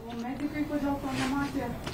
o medikai kodėl to nematė